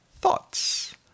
thoughts